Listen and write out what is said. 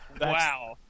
Wow